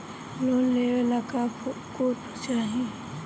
Loan लेवे ला का पुर्फ चाही?